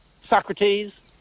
Socrates